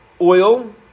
oil